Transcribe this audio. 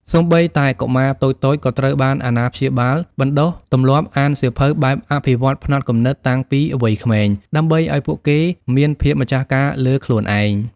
សូម្បីតែកុមារតូចៗ ក៏ត្រូវបានអាណាព្យាបាលបណ្ដុះទម្លាប់អានសៀវភៅបែបអភិវឌ្ឍផ្នត់គំនិតតាំងពីវ័យក្មេង ដើម្បីឱ្យពួកគេមានភាពម្ចាស់ការលើខ្លួនឯង។